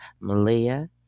Malia